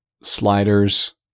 Sliders